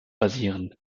basieren